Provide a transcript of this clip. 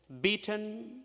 beaten